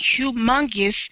humongous